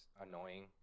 annoying